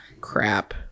crap